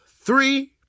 three